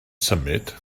symud